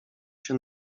się